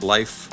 Life